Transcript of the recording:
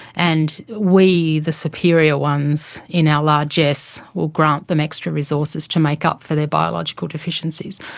and we, the superior ones, in our largesse will grant them extra resources to make up for their biological deficiencies.